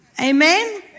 Amen